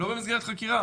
לא במסגרת חקירה,